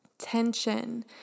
Tension